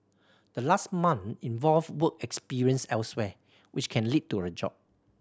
the last month involve work experience elsewhere which can lead to a job